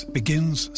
begins